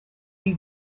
you